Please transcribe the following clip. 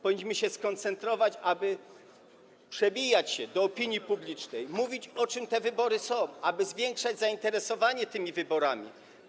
Powinniśmy się skoncentrować na tym, aby przebijać się do opinii publicznej, mówić, o czym te wybory są, aby zwiększać zainteresowanie tymi wyborami.